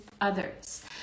others